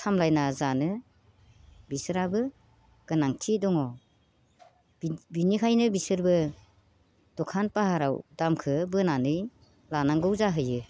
सामलायना जानो बिसोरहाबो गोनांथि दङ बेनिखायनो बिसोरबो दखान पाहाराव दामखौ बोनानै लानांगौ जाहैयो